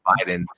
Biden